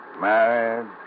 Married